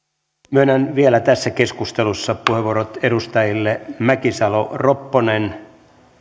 myönnän vielä tässä keskustelussa puheenvuorot edustajille mäkisalo ropponen